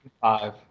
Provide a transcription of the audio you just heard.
five